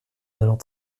allant